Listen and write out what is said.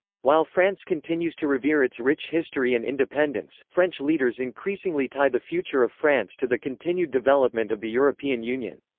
while france continues to revere its rich history and independence, french leaders increasingly tie the future of france to the continued development of the european union.